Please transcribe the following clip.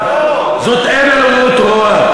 זה הבל ורעות רוח,